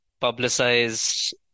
publicized